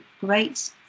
great